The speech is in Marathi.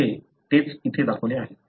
तेच इथे दाखवले आहे